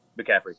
McCaffrey